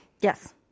Yes